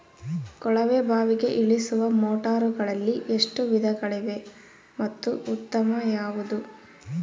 ಕೊಳವೆ ಬಾವಿಗೆ ಇಳಿಸುವ ಮೋಟಾರುಗಳಲ್ಲಿ ಎಷ್ಟು ವಿಧಗಳಿವೆ ಮತ್ತು ಉತ್ತಮ ಯಾವುದು?